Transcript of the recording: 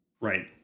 right